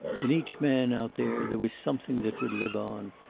in each man out there there was something that would live on,